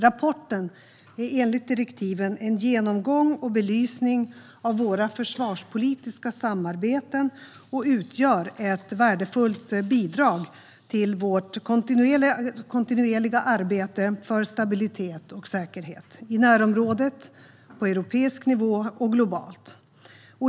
Rapporten är enligt direktiven en genomgång och belysning av våra försvarspolitiska samarbeten och utgör ett värdefullt bidrag till vårt kontinuerliga arbete för stabilitet och säkerhet i närområdet, på europeisk nivå och globalt.